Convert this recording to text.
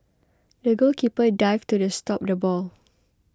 the goalkeeper dived to stop the ball